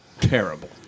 terrible